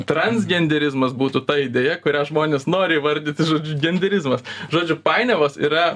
transgenderizmas būtų ta idėja kurią žmonės nori įvardyti žodžiu genderizmas žodžiu painiavos yra